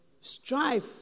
strife